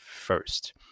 first